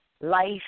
life